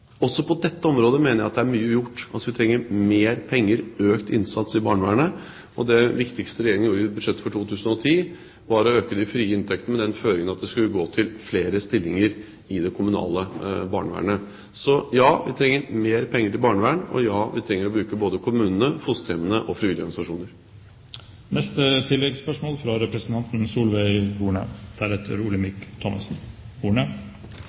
Også på dette området mener jeg at det er mye ugjort. Vi trenger mer penger og økt innsats i barnevernet. Det viktigste Regjeringen gjorde i budsjettet for 2010, var å øke de frie inntektene med den føringen at det skulle gå til flere stillinger i det kommunale barnevernet. Ja, vi trenger mer penger til barnevern. Og ja, vi trenger å bruke både kommunene, fosterhjemmene og de frivillige